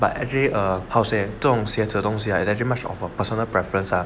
but actually err how to say 这种鞋子的东西 right then personally preferance ah